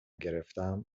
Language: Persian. گرفتم